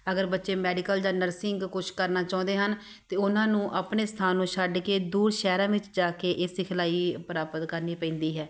ਅਗਰ ਬੱਚੇ ਮੈਡੀਕਲ ਜਾਂ ਨਰਸਿੰਗ ਕੁਛ ਕਰਨਾ ਚਾਹੁੰਦੇ ਹਨ ਤਾਂ ਉਹਨਾਂ ਨੂੰ ਆਪਣੇ ਸਥਾਨ ਨੂੰ ਛੱਡ ਕੇ ਦੂਰ ਸ਼ਹਿਰਾਂ ਵਿੱਚ ਜਾ ਕੇ ਇਹ ਸਿਖਲਾਈ ਪ੍ਰਾਪਤ ਕਰਨੀ ਪੈਂਦੀ ਹੈ